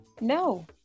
no